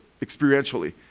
experientially